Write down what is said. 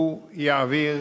הוא יעביר